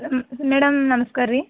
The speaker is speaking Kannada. ಮೇಡಮ್ ನಮ್ಸ್ಕಾರ ರಿ